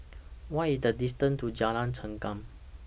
What IS The distance to Jalan Chengam